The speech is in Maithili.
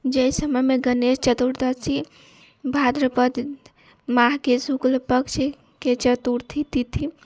जे समयमे गणेश चतुर्दशी भाद्र पद माहके शुक्ल पक्षके चतुर्थी तिथि